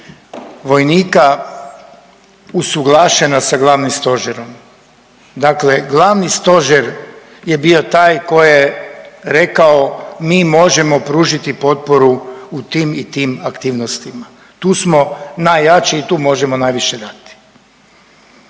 vojnika usuglašena sa glavnim stožerom, dakle glavni stožer je bio taj koji je rekao mi možemo pružiti potporu u tim i tim aktivnostima, tu smo najjači i tu možemo najviše dati.